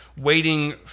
waiting